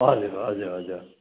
हजुर हजुर हजुर